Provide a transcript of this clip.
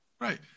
Right